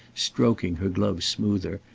stroking her gloves smoother,